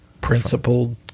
principled